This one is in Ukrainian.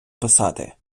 писати